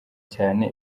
cyane